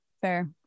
Fair